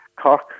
Cork